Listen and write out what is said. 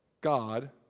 God